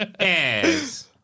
Yes